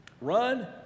Run